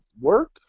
work